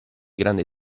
grande